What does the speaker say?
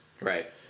Right